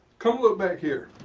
come look back here.